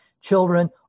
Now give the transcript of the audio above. children